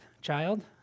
child